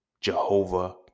Jehovah